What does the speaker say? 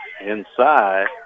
Inside